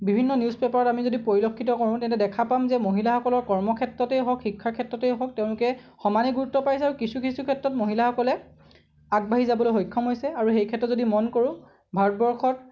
বিভিন্ন নিউজ পেপাৰত আমি যদি পৰিলক্ষিত কৰোঁ তেন্তে দেখা পাম যে মহিলাসকলৰ কৰ্মক্ষেত্ৰতেই হওক শিক্ষাৰ ক্ষেত্ৰতে হওক তেওঁলোকে সমানে গুৰুত্ব পাইছে আৰু কিছু কিছু ক্ষেত্ৰত মহিলাসকলে আগবাঢ়ি যাবলৈ সক্ষম হৈছে আৰু সেই ক্ষেত্ৰত যদি মন কৰোঁ ভাৰতবৰ্ষত